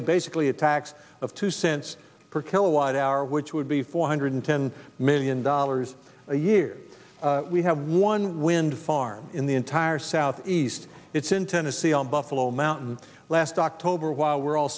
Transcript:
basically a tax of two cents per kilowatt hour which would be four hundred ten million dollars a year we have one wind farm in the entire southeast it's in tennessee on buffalo mountain last october while we're all